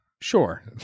Sure